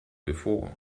before